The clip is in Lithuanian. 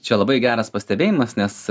čia labai geras pastebėjimas nes